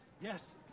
Yes